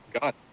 got